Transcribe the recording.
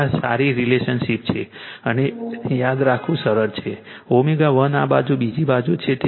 આ સારી રિલેશનશિપ છે અને યાદ રાખવું સરળ છે કે ω1 આ બાજુ બીજી બાજુ છે